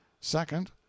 Second